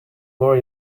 more